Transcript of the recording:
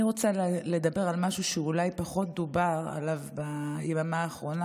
אני רוצה לדבר על משהו שאולי פחות דובר עליו ביממה האחרונה,